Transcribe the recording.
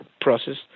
process